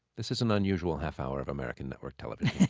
this is an unusual half-hour of american network television.